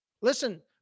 listen